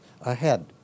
ahead